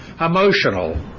Emotional